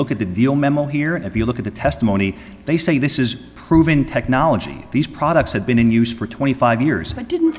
look at the deal memo here if you look at the testimony they say this is proven technology these products had been in use for twenty five years i didn't